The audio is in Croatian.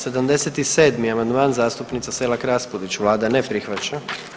77. amandman, zastupnica Selak Raspudić, Vlada ne prihvaća.